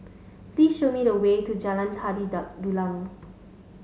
please show me the way to Jalan Tari Dulang